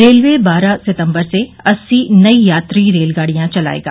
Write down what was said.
railway बारह सितंबर से अस्सी नई यात्री रेलगाडियां चलाएगा